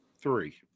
three